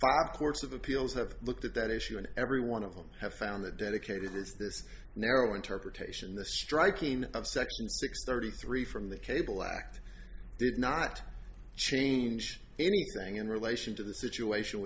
courts of appeals have looked at that issue and every one of them have found the dedicated is this narrow interpretation the striking of section six thirty three from the cable act did not change anything in relation to the situation